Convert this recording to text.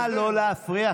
אני לא רוצה להגיד קריאה